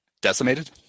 Decimated